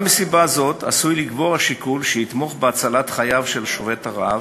גם מסיבה זאת עשוי לגבור השיקול שיתמוך בהצלת חייו של שובת הרעב,